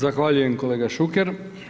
Zahvaljujem kolega Šuker.